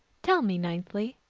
tell me ninthly,